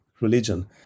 religion